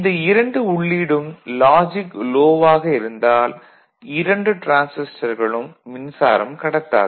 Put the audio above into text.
இந்த இரண்டு உள்ளீடும் லாஜிக் லோ ஆக இருந்தால் இரண்டு டிரான்சிஸ்டர்களும் மின்சாரம் கடத்தாது